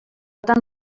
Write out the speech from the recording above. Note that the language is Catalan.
tan